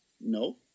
No